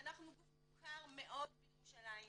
אנחנו גוף מוכר מאוד בירושלים.